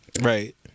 Right